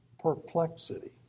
perplexity